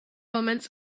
elements